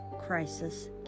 crisis